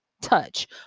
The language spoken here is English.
touch